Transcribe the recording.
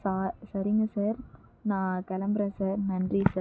சா சரிங்க சார் நான் கிளம்பறேன் சார் நன்றி சார்